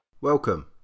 Welcome